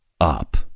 up